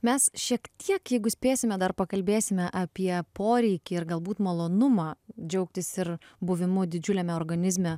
mes šiek tiek jeigu spėsime dar pakalbėsime apie poreikį ir galbūt malonumą džiaugtis ir buvimu didžiuliame organizme